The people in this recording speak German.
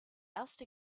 erste